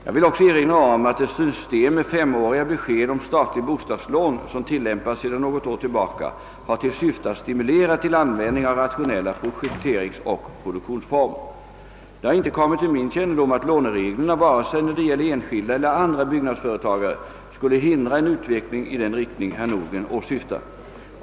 Jag vill också erinra om att det system med femåriga besked om statligt bostadslån, som tillämpats sedan något år tillbaka, har till syfte att stimulera till användning av rationella projekteringsoch produktionsformer. Det har inte kommit till min kännedom, att lånereglerna vare sig när det gäller enskilda eller andra byggnadsföretagare skulle hindra en utveckling i den riktning herr Nordgren åsyftar.